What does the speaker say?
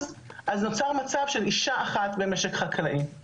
אז נוצר מצב של אישה אחת במשק חקלאי.